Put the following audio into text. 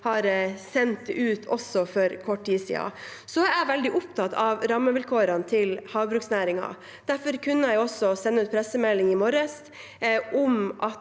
har sendt ut for kort tid siden. Jeg er veldig opptatt av rammevilkårene til havbruksnæringen. Derfor kunne jeg også sende ut pressemelding i morges om at